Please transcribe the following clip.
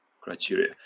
criteria